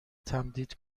تمدید